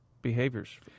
behaviors